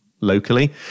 locally